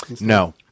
No